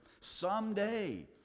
Someday